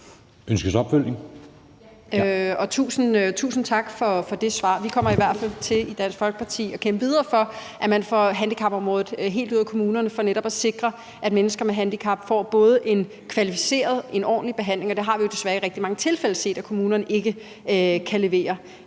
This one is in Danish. Ja, og tusind tak for det svar. Vi kommer i hvert fald i Dansk Folkeparti til at kæmpe videre for, at man får handicapområdet helt ud af kommunerne for netop at sikre, at mennesker med handicap får en både kvalificeret og ordentlig behandling. Og der har vi desværre i rigtig mange tilfælde set, at kommunerne ikke kan levere.